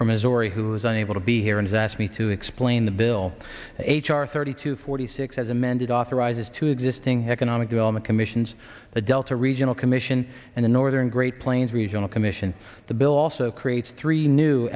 from missouri who is unable to be here and asked me to explain the bill h r thirty to forty six as amended authorizes to existing economic development commissions the delta regional commission and the northern great plains regional commission the bill also creates three new